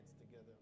together